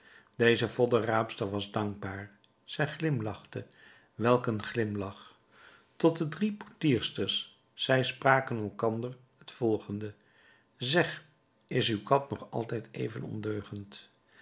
deze voddenraapster was dankbaar zij glimlachte welk een glimlach tot de drie portiersters zij spraken onder elkander het volgende zeg is uw kat nog altijd even ondeugend